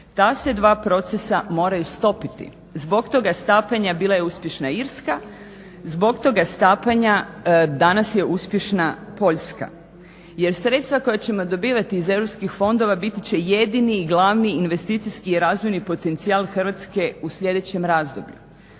Ta se dva procesa moraju stopiti, zbog to stapanja bila je uspješna Irska, zbog toga stapanja danas je uspješna Poljska. Jer sredstva koja ćemo dobivati iz europskih fondova biti će jedini i glavni investicijski i razvojni potencijal Hrvatske u sljedećem razdoblju.